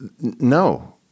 No